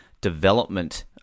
development